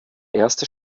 erste